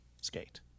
skate